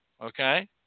Okay